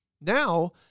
now